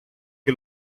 che